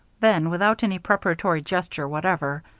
then, without any preparatory gesture whatever,